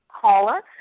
caller